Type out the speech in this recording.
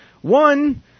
One